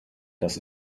das